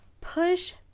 push